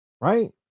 Right